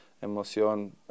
emoción